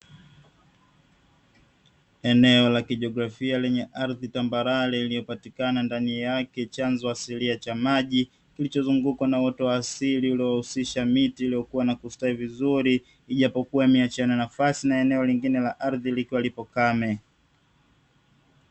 Eneo la kijiografia lenye ardhi tambarare, iliyopatikana ndani yake chanzo asilia cha maji, kilichozungukwa na uoto wa asili ilohusisha miti iliyokua na kustawi vizuri, ijapokua limeachiana nafasi na eneo lingine la ardhi likiwa lipo kame.